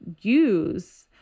use